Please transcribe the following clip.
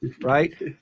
right